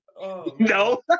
No